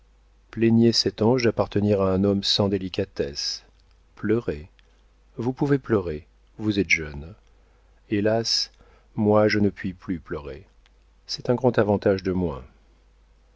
plaignez cet ange d'appartenir à un homme sans délicatesse pleurez vous pouvez pleurer vous êtes jeune hélas moi je ne puis plus pleurer c'est un grand avantage de moins